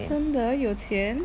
真的有钱